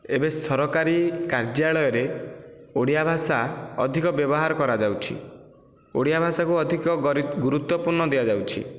ଏବେ ସରକାରୀ କାର୍ଯ୍ୟାଳୟରେ ଓଡ଼ିଆ ଭାଷା ଅଧିକ ବ୍ୟବହାର କରାଯାଉଛି ଓଡ଼ିଆ ଭାଷାକୁ ଅଧିକ ଗୁରୁତ୍ୱପୂର୍ଣ୍ଣ ଦିଆଯାଉଛି